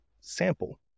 sample